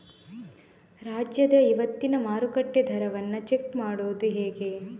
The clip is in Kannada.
ರಾಜ್ಯದ ಇವತ್ತಿನ ಮಾರುಕಟ್ಟೆ ದರವನ್ನ ಚೆಕ್ ಮಾಡುವುದು ಹೇಗೆ?